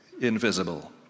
invisible